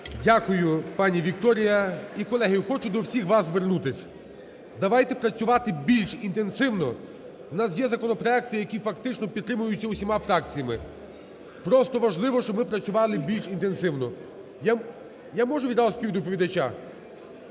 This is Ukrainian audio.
Дякую, пані Вікторія. І, колеги, хочу до всіх вас звернутися. Давайте працювати більш інтенсивно, в нас є законопроекти, які фактично підтримуються усіма фракціями. Просто важливо, щоб ви працювали більш інтенсивно. Я можу відразу у співдоповідача?